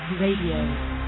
Radio